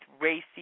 racy